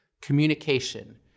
Communication